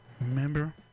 Remember